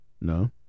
No